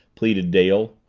pleaded dale.